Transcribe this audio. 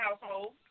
household